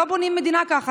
לא בונים מדינה ככה.